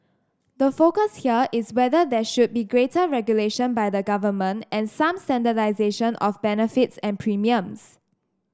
the focus here is whether there should be greater regulation by the government and some standardisation of benefits and premiums